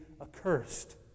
accursed